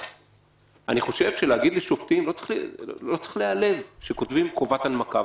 אני לא חושב ששופטים צריכים להיעלב שכותבים חובת הנמקה,